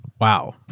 wow